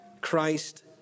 Christ